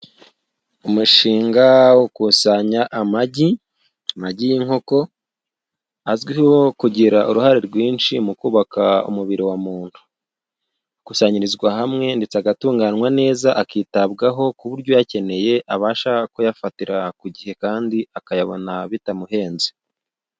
Umushinga wo gukusanya amagi, amagi y'inkoko azwiho kugira uruhare rwinshi mu kubaka umubiri wa muntu, akusanyirizwa hamwe ndetse agatunganywa neza, akitabwaho ku buryo uyakeneye abasha kuyafatira ku gihe kandi akayabona bitamuhenze.